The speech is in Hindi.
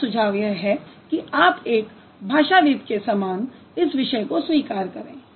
मेरा सुझाव यह है कि आप एक भाषाविद के समान इस विषय को स्वीकार करें